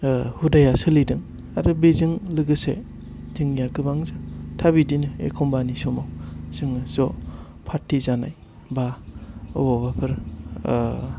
हुदाया सोलिदों आरो बेजों लोगोसे जोंनिया गोबांथा बिदिनो एखमबानि समाव जोङो ज' पार्टि जानाय बा अबावबाफोर